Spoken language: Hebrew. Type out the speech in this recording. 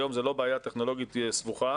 היום זו לא בעיה טכנולוגית סבוכה.